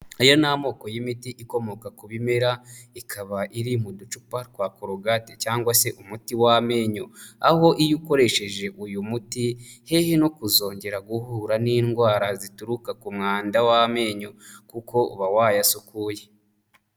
Aya ni amoko y'imiti ikomoka ku bimera ikaba iri mu ducupa twa korogate cyangwa se umuti w'amenyo, aho iyo ukoresheje uyu muti hehe no kuzongera guhura n'indwara zituruka ku mwanda w'amenyo kuko uba wayasukuye.